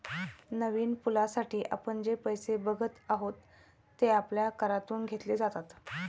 नवीन पुलासाठी आपण जे पैसे बघत आहात, ते आपल्या करातून घेतले जातात